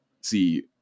see